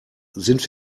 sind